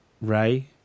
Ray